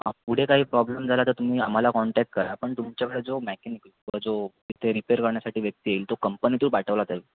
पुढे काही प्रॉब्लेम झाला तर तुम्ही आम्हाला कॉन्टॅक्ट करा पण तुमच्याकडे जो मॅकॅनिक व जो तिथे रिपेअर करण्यासाठी व्यक्ती येईल तो कंपनीतून पाठवला जाईल